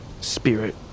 spirit